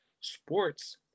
sports